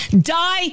die